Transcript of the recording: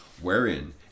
wherein